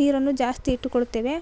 ನೀರನ್ನು ಜಾಸ್ತಿ ಇಟ್ಟುಕೊಳ್ಳುತ್ತೇವೆ